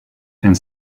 and